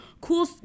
cool